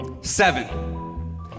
Seven